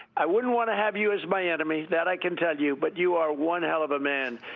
i wouldn't want to have you as my enemy, that i can tell you, but you are one hell of a man.